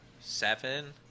seven